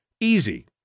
easy